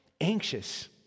anxious